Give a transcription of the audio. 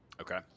Okay